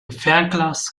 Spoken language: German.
fernglas